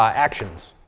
ah actions.